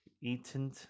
Eaten